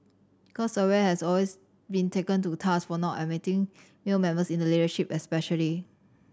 because Aware has always been taken to task for not admitting male members in the leadership especially